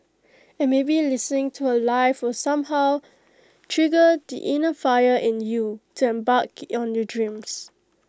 and maybe listening to her live will somehow trigger the inner fire in you to embark on your dreams